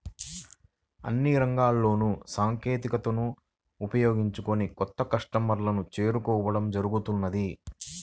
అన్ని రంగాల్లోనూ సాంకేతికతను ఉపయోగించుకొని కొత్త కస్టమర్లను చేరుకోవడం జరుగుతున్నది